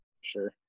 sure